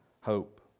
hope